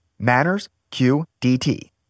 MannersQDT